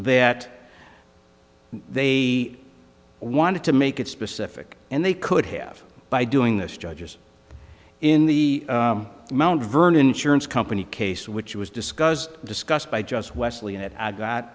that they wanted to make it specific and they could have by doing this judges in the mount vernon insurance company case which was discussed discussed by just wesley and it got